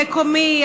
מקומי,